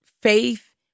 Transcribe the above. faith